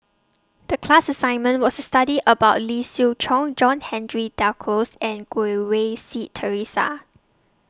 The class assignment was study about Lee Siew Choh John Henry Duclos and Goh Rui Si Theresa